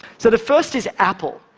so the first is apple.